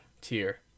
tier